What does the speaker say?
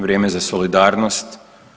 Vrijeme za solidarnost.